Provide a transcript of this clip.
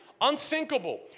Unsinkable